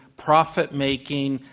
profit-making,